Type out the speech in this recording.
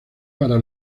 para